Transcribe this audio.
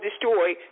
destroy